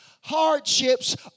hardships